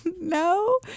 no